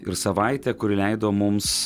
ir savaitė kuri leido mums